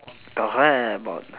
Doraemon